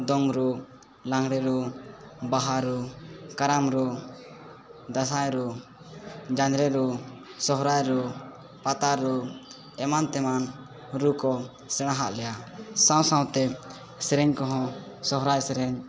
ᱫᱚᱝ ᱨᱩ ᱞᱟᱜᱽᱲᱮ ᱨᱩ ᱵᱟᱦᱟ ᱨᱩ ᱠᱟᱨᱟᱢ ᱨᱩ ᱫᱟᱸᱥᱟᱭ ᱨᱩ ᱡᱟᱸᱡᱽᱞᱮ ᱨᱩ ᱥᱚᱦᱚᱨᱟᱭ ᱨᱩ ᱯᱟᱛᱟ ᱨᱩ ᱮᱢᱟᱱ ᱛᱮᱢᱟᱱ ᱨᱩᱠᱚ ᱥᱮᱬᱟᱦᱟᱫ ᱞᱮᱭᱟ ᱥᱟᱶ ᱥᱟᱶᱛᱮ ᱥᱮᱨᱮᱧ ᱠᱚᱦᱚᱸ ᱥᱚᱦᱚᱨᱟᱭ ᱥᱮᱨᱮᱧ